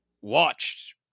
watched